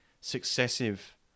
successive